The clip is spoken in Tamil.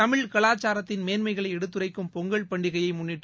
தமிழ் கலாச்சாரத்தின் மேன்மைகளை எடுத்துரைக்கும் பொங்கல் பண்டிகையை முன்ளிட்டு